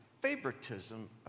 favoritism